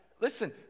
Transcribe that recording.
listen